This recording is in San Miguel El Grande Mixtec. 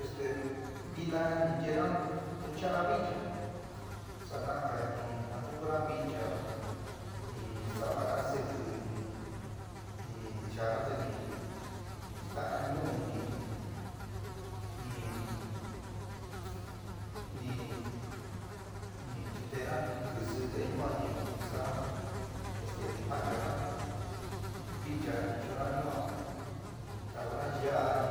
Este vɨna ni yeéna ntuchaá vincha sana'aga ni jantukuna vincha ni sava'ana sɨki, ni chanaá te ni sta'ann'a ñuu ni ni ni chintena in kɨsi te ñua ni sa'ana, este ni ja'anchaná viíncha ni chu'unna yuán taúná ya'a ni